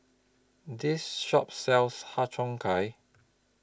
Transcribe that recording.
This Shop sells Har Cheong Gai